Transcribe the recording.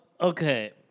okay